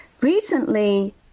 Recently